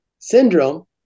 syndrome